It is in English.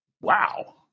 wow